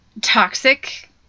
toxic